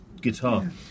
guitar